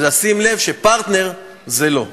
ולשים לב שפרטנר זה לא.